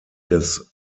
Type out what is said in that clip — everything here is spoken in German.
des